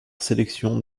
sélection